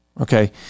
okay